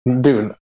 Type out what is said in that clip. Dude